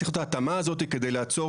צריכה להיות ההתאמה הזאת כדי לעצור